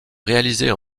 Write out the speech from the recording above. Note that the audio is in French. réalisées